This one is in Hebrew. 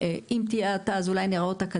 אם תהיה האטה אז אולי נראה אותה קדימה,